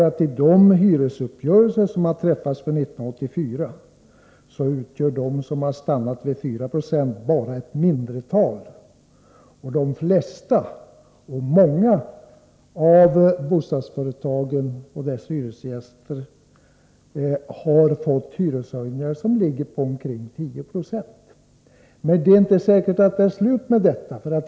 Av de hyresuppgörelser som sedan har träffats för 1984 utgör de som stannat vid 4 Z6 ett mindretal. De flesta hyresgäster har fått hyreshöjningar som ligger på omkring 10 96. Men det är inte säkert att det är slut med det.